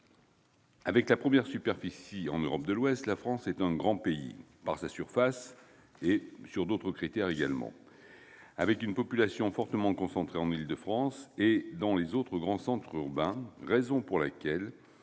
Avec la première superficie d'Europe de l'Ouest, la France est un grand pays- pas seulement par la surface, d'ailleurs -, avec une population fortement concentrée en Île-de-France et dans les autres grands centres urbains, raison pour laquelle